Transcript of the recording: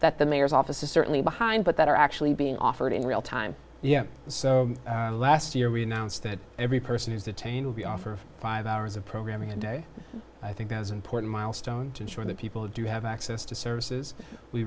that the mayor's office is certainly behind but that are actually being offered in real time yeah so last year we announced that every person who's detained will be offered five hours of programming a day i think that is important milestone to ensure that people do have access to services we